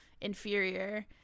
inferior